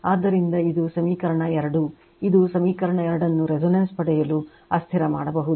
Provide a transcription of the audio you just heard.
ಆದ್ದರಿಂದ ಇದು ಸಮೀಕರಣ 2 ಇದು ಸಮೀಕರಣ ಎರಡನ್ನು resonance ಪಡೆಯಲು ಅಸ್ಥಿರ ಮಾಡಬಹುದು